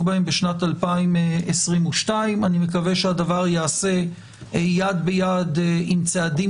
בהם בשנת 2022. אני מקווה שהדבר ייעשה יד ביד עם צעדים